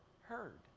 heard